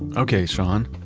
okay, sean.